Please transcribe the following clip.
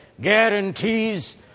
guarantees